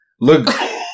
look